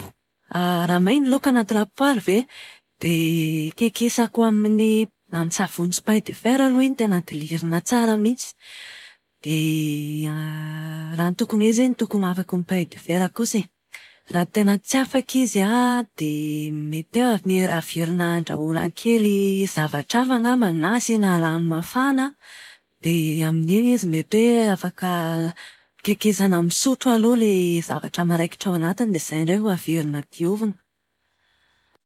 Raha may ny laoka ao anaty lapoaly ve? Dia kikisako amin'ny- amin'ny savony sy paille de fer aloha iny tena dilirina tsara mihitsy. Dia raha ny tokony ho izy iny tokony ho afaky ny paille de fer kosa e. Raha tena tsy afaka izy an, dia mety hoe ame- averina andrahoina kely zavatra hafa angambany na asiana rano mafana. Dia amin'iny izy mety hoe afaka kikisana amin'ny sotro aloha ilay zavatra miraikitra ao anatiny dia izay indray vao averina diovina.